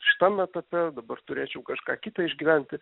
šitam etape dabar turėčiau kažką kitą išgyventi